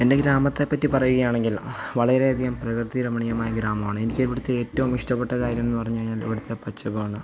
എൻ്റെ ഗ്രാമത്തെ പറ്റി പറയുകയാണെങ്കിൽ വളരെ അധികം പ്രകൃതിരമണീയമായ ഗ്രാമമാണ് എനിക്ക് ഇവിടുത്തെ ഏറ്റവും ഇഷ്ടപ്പെട്ട കാര്യമെന്ന് പറഞ്ഞ് കഴിഞ്ഞാൽ ഇവിടുത്തെ പച്ചപ്പാണ്